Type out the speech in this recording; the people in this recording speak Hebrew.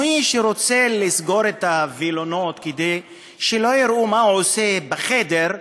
מי שרוצה לסגור את הווילונות כדי שלא יראו מה הוא עושה בחדר,